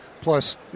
plus